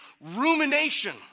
rumination